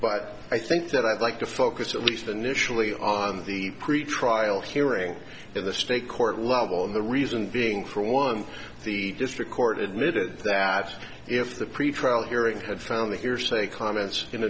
but i think that i'd like to focus at least initially on the pretrial hearing in the state court level and the reason being for one the district court admitted that if the pretrial hearing had found the hearsay comments in